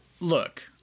look